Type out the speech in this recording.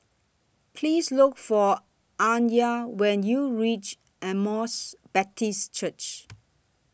Please Look For Anya when YOU REACH Emmaus Baptist Church